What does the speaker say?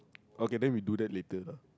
okay then we do that later